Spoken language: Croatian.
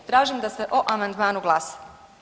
Tražim da se o amandmanu glasa.